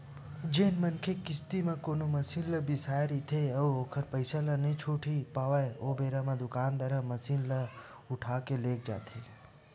जेन मनखे किस्ती म कोनो मसीन ल बिसाय रहिथे अउ ओखर पइसा ल नइ छूट पावय ओ बेरा म दुकानदार ह मसीन ल उठाके लेग जाथे